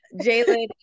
Jalen